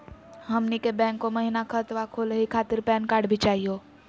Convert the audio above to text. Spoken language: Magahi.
हमनी के बैंको महिना खतवा खोलही खातीर पैन कार्ड भी चाहियो?